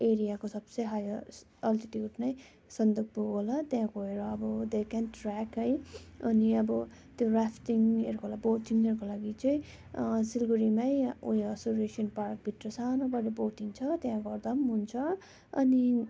एरियाको सब से हायर अल्टिच्युड नै सन्दकपु होला त्यहाँ गएर अब दे केन ट्रेक है अनि अब त्यो राफ्टिङहरूको लागि बोटिङहरूको लागि चाहिँ सिलगडीमा उयो सूर्य सेन पार्क भित्र सानो गरेर बोटिङ छ त्यहाँ गएर गर्दा हुन्छ अनि